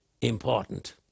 important